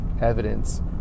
evidence